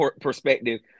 perspective